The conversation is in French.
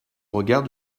regard